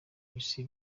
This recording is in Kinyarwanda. bisi